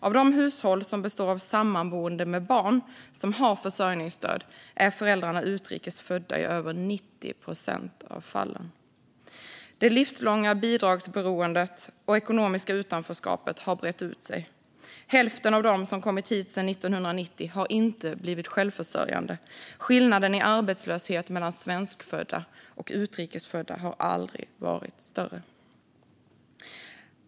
Av de hushåll som består av sammanboende med barn som har försörjningsstöd är föräldrarna utrikes födda i över 90 procent av fallen. Det livslånga bidragsberoendet och ekonomiska utanförskapet har brett ut sig. Hälften av dem som kommit hit sedan 1990 har inte blivit självförsörjande. Skillnaden i arbetslöshet mellan svenskfödda och utrikes födda har aldrig varit större.